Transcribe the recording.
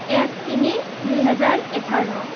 এক তিনি দুই হেজাৰ এঘাৰ